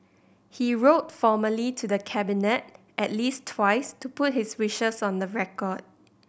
he wrote formally to the Cabinet at least twice to put his wishes on the record